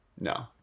no